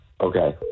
Okay